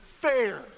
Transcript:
fair